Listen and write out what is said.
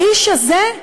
באיש הזה?